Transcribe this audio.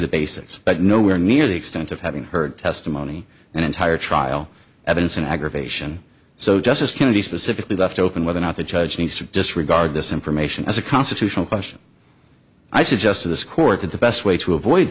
the basis but nowhere near the extent of having heard testimony and entire trial evidence in aggravation so justice kennedy specifically left open whether or not the judge needs to disregard this information as a constitutional question i suggest to this court that the best way to avoid